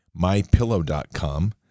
MyPillow.com